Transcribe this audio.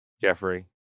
Jeffrey